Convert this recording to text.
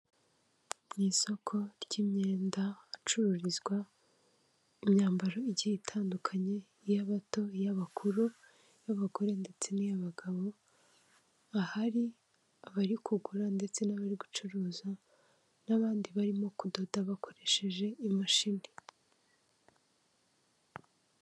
Mu isoko ry'imyenda ahacururizwa imyambaro igiye itandukanye, iy'abato, iy'abakuru, iy'abagore ndetse n'iy'abagabo, ahari abari kugura ndetse n'abari gucuruza n'abandi barimo kudoda bakoresheje imashini.